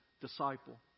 disciple